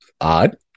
odd